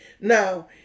Now